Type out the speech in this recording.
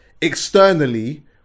externally